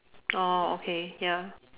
oh okay ya